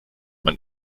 man